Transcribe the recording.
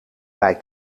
bij